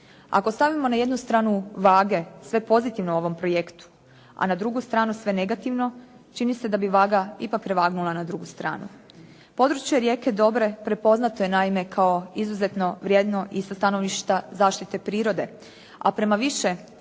Ako stavimo na jednu stranu vage sve pozitivno u ovom projektu, a na drugu stranu sve negativno, čini se da bi vaga ipak prevagnula na drugu stranu. Područje rijeke Dobro prepoznato je naime kao izuzetno vrijedno i sa stanovišta zaštite prirode, a prema više